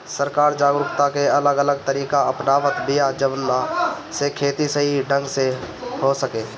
सरकार जागरूकता के अलग अलग तरीका अपनावत बिया जवना से खेती सही ढंग से हो सके